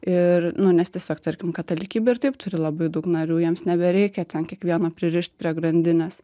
ir nu nes tiesiog tarkim katalikybė ir taip turi labai daug narių jiems nebereikia ten kiekvieno pririšt prie grandinės